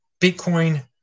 Bitcoin